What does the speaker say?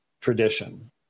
tradition